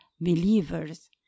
believers